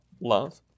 love